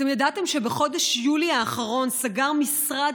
אתם ידעתם שבחודש יולי האחרון סגר משרד